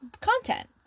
content